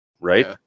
right